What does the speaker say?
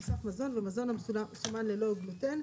תוסף מזון הוא המזון המסומן ללא גלוטן,